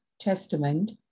Testament